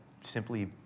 simply